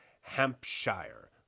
Hampshire